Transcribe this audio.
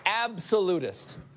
absolutist